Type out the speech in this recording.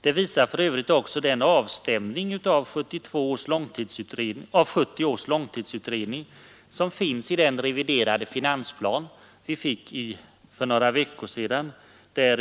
Detta visar för övrigt också den avstämning av 1970 års långtidsutredning, som finns i bil. 3 s. 63 till den reviderade finansplan som vi fick för några veckor sedan.